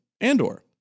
Andor